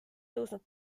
tõusnud